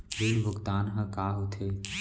ऋण भुगतान ह का होथे?